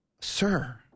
sir